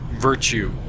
virtue